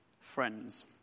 Friends